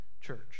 church